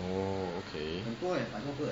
orh okay